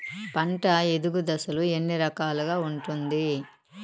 పంట ఎదుగు దశలు ఎన్ని రకాలుగా ఉంటుంది?